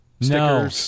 no